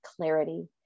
clarity